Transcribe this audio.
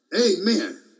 Amen